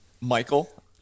Michael